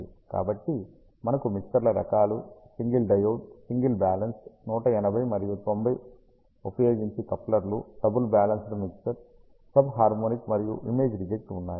కాబట్టి మనకు మిక్సర్ల రకాలు సింగిల్ డయోడ్ సింగిల్ బ్యాలెన్స్డ్ 180 మరియు 90 ఉపయోగించి కప్లర్లు double balanced mixer sub harmonic మరియు ఇమేజ్ రిజెక్ట్ ఉన్నాయి